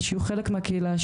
שיהיו חלק מהקהילה,